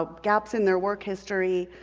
ah gaps in their work history,